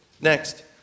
Next